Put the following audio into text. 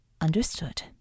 Understood